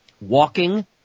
Walking